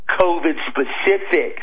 COVID-specific